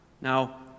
now